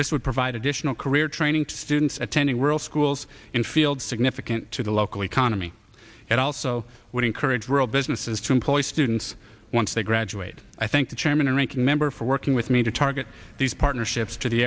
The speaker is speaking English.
this would provide additional career training to students attending rural schools in fields significant to the local economy it also would encourage world businesses to employ students once they graduate i think the chairman and ranking member for working with me to target these partnerships to the